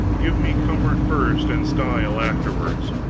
give me comfort first, and style afterwards.